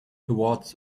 towards